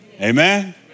Amen